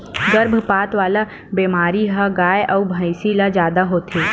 गरभपात वाला बेमारी ह गाय अउ भइसी ल जादा होथे